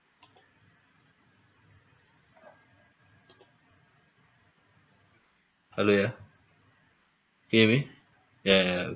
hello ya hear me ya ya ya okay